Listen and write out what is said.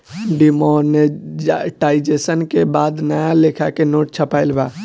demonetisation के बाद नया लेखा के नोट छपाईल बा